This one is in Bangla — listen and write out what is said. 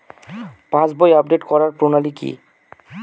পাসবই আপডেট করার প্রণালী কি?